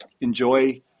enjoy